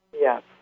Yes